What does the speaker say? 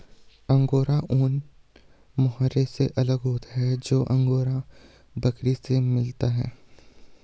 angora ऊन mohair से अलग होता है जो अंगोरा बकरी से मिलता है